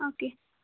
okay